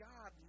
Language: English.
God